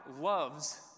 loves